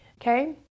Okay